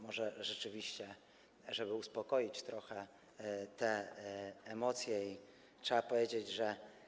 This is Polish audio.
Może rzeczywiście, żeby uspokoić trochę te emocje, trzeba powiedzieć, że.